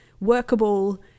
workable